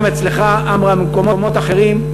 גם אצלך, עמרם, ובמקומות אחרים.